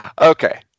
Okay